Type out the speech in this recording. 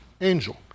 angel